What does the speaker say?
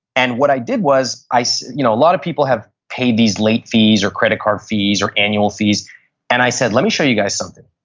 and what i did was, a so you know lot of people have pay these late fees or credit card fees or annual fees and i said, let me show you guys something.